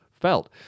felt